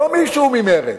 לא מישהו ממרצ.